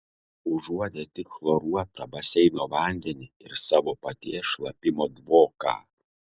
užuodė tik chloruotą baseino vandenį ir savo paties šlapimo dvoką